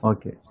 Okay